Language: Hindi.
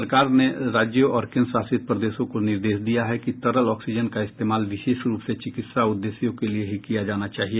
सरकार ने राज्यों और केन्द्र शासित प्रदेशों को निर्देश दिया है कि तरल ऑक्सीजन का इस्तेमाल विशेष रूप से चिकित्सा उद्देश्यों के लिए ही किया जाना चाहिए